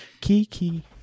Kiki